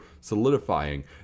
solidifying